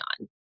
on